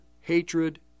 hatred